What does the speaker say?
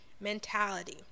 mentality